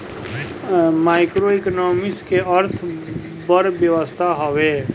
macroeconomics के अर्थ बड़ अर्थव्यवस्था हवे